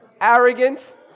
Arrogance